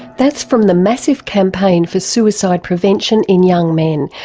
that's from the massive campaign for suicide prevention in young men,